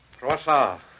Rosa